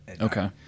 okay